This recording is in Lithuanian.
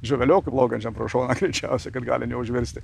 žuveliokui plaukiančiam pro šoną greičiausiai kad gali neužvirsti